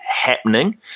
happening